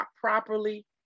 properly